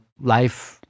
life